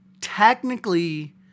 technically